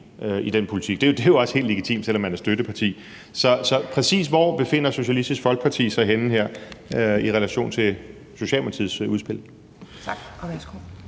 i den politik? Det er jo også helt legitimt, selv om man er støtteparti. Så præcis hvor befinder Socialistisk Folkeparti sig henne her i relation til Socialdemokratiets udspil?